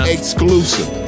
Exclusive